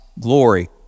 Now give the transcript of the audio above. glory